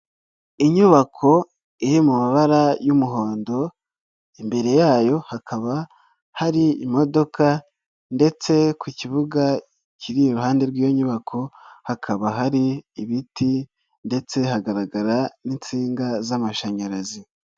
Inyubako iri mu mabara y'umuhondo, imbere yayo hakaba hari imodoka ndetse ku kibuga kiri iruhande rw'iyo nyubako, hakaba hari ibiti ndetse hagaragara n'insinga z'amashanyarazi.